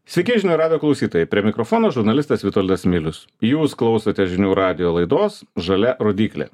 sveiki žinių radijo klausytojai prie mikrofono žurnalistas vitoldas milius jūs klausotės žinių radijo laidos žalia rodyklė